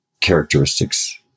characteristics